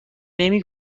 نمی